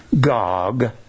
Gog